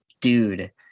dude